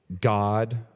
God